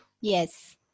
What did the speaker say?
Yes